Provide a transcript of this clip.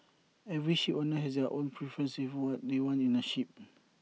every shipowner has their own preference in what they want in A ship